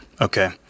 Okay